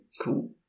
Cool